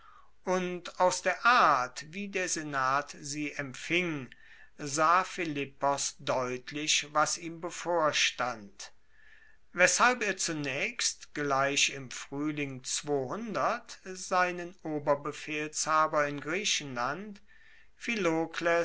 und aus der art wie der senat sie empfing sah philippos deutlich was ihm bevorstand weshalb er zunaechst gleich im fruehling seinen oberbefehlshaber in griechenland